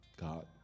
God